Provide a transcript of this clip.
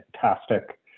fantastic